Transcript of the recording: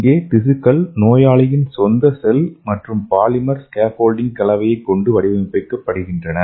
இங்கே திசுக்கள் நோயாளியின் சொந்த செல் மற்றும் பாலிமர் ஸ்கேஃபோல்டிங் கலவையை கொண்டு வடிவமைக்கப்படுகின்றன